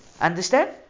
understand